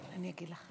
גברתי היושבת-ראש,